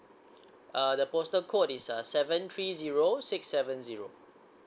uh the postal code is a seven three zero six seven zero